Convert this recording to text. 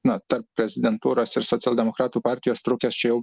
na tarp prezidentūros ir socialdemokratų partijos trukęs čia jau